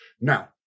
Now